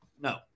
No